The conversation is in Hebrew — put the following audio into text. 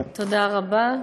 תודה רבה.